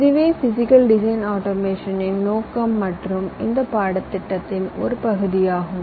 இதுவே physical design ஆட்டோமேஷனின் நோக்கம் மற்றும் இந்த பாடத்திட்டத்தின் ஒரு பகுதி ஆகும்